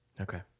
Okay